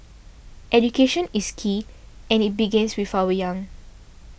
education is key and it begins with our young